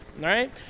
right